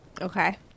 Okay